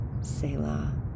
Selah